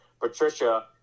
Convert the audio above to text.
Patricia